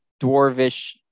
dwarvish